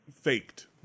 faked